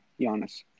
Giannis